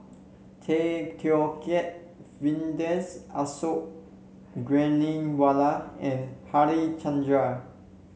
Tay Teow Kiat Vijesh Ashok Ghariwala and Harichandra